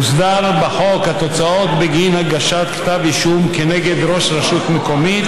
הוסדרו בחוק התוצאות בגין הגשת כתב אישום כנגד ראש רשות מקומית,